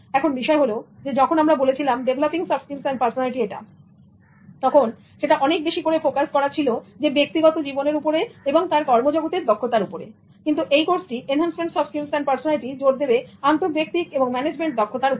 এখন বিষয় হল যখন আমরা বলছিলাম developing soft skills and personality এটা অনেক বেশি করে ফোকাস ছিল ব্যক্তিগত জীবনের উপরে এবং তার কর্মজগতের দক্ষতার উপরে কিন্তু এই কোডটি enhancement soft skills and personality জোর দেবে আন্তঃব্যক্তিক এবং ম্যানেজমেন্ট দক্ষতার উপর